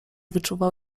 wyczuwał